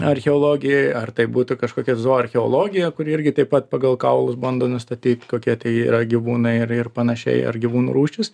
archeologijoj ar tai būtų kažkokia zooarcheologija kuri irgi taip pat pagal kaulus bando nustatyt kokie tai yra gyvūnai ar ir panašiai ar gyvūnų rūšys